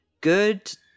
good